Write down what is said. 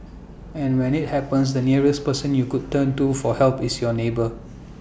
and when IT happens the nearest person you could turn to for help is your neighbour